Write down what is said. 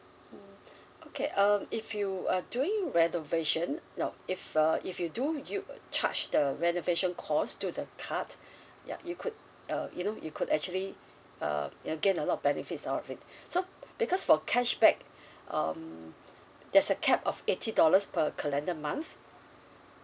mm okay um if you uh during renovation no if uh if you do you charge the renovation cost to the card yup you could uh you know you could actually uh you'll gain a lot of benefits out of it so because for cashback um there's a cap of eighty dollars per calendar month